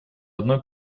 одной